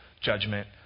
judgment